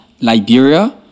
Liberia